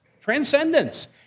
transcendence